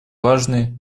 важный